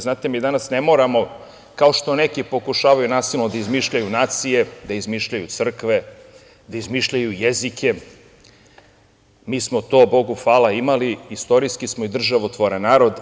Znate, mi danas ne moramo, kao što neki pokušavaju nasilno da izmišljaju nacije, da izmišljaju crkve, da izmišljaju jezike, mi smo to, Bogu hvala, imali i istorijski smo i državotvoran narod.